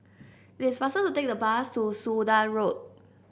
it is faster to take the bus to Sudan Road